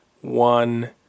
one